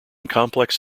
complex